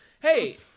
Hey